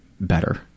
better